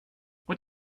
what